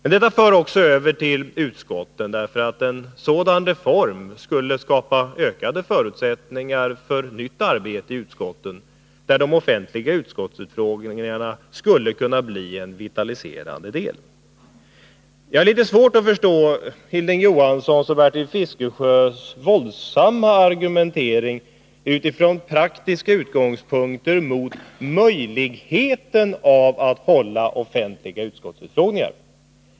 En sådan reform skulle också skapa ökade förutsättningar för nytt arbete i utskotten, där de offentliga utskottsutfrågningarna skulle kunna bli en vitaliserande del. Jag har litet svårt att förstå Hilding Johanssons och Bertil Fiskesjös våldsamma argumentering från praktiska utgångspunkter mot 119 möjligheten av att hålla offentliga utskottsutfrågningar.